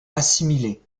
assimilée